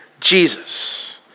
Jesus